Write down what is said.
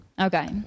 Okay